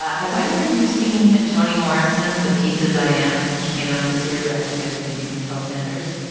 has either of you seen toni morrison the pieces i am, which came out this year directed by timothy greenfield-sanders?